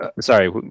Sorry